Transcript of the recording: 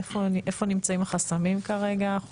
איפה נמצאים החסמים כרגע ?